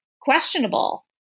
questionable